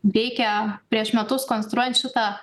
veikia prieš metus konstruojant šitą